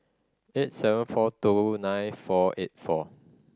eight seven four two nine four eight four